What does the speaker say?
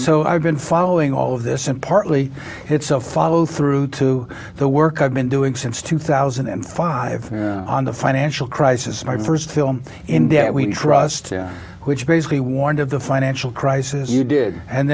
so i've been following all of this and partly it's a follow through to the work i've been doing since two thousand and five on the financial crisis my st film in debt we trust which basically warned of the financial crisis you did and